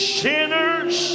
sinners